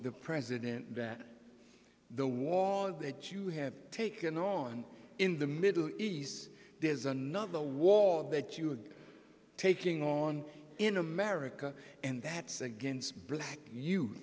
the president that the war that you have taken on in the middle east there's another war that you are taking on in america and that's against you